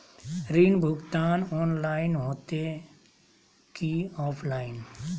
ऋण भुगतान ऑनलाइन होते की ऑफलाइन?